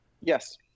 Yes